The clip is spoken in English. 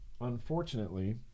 Unfortunately